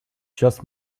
just